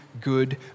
good